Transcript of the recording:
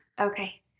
Okay